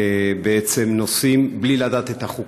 שבעצם נוסעים בלי לדעת את החוקים.